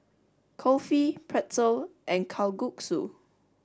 Kulfi Pretzel and Kalguksu